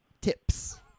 tips